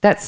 that